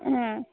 হ্যাঁ